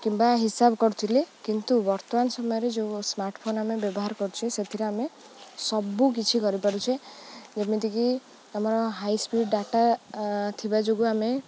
କିମ୍ବା ହିସାବ କରୁଥିଲେ କିନ୍ତୁ ବର୍ତ୍ତମାନ ସମୟରେ ଯେଉଁ ସ୍ମାର୍ଟଫୋନ୍ ଆମେ ବ୍ୟବହାର କରୁଛେ ସେଥିରେ ଆମେ ସବୁ କିଛି କରିପାରୁଛେ ଯେମିତିକି ଆମର ହାଇ ସ୍ପିଡ଼ ଡାଟା ଥିବା ଯୋଗୁଁ ଆମେ